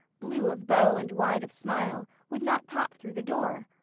blue of bow and wide of smile, would not pop through the door.